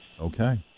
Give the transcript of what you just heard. Okay